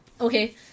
Okay